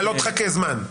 אבל לא תחכה זמן.